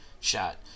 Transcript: shot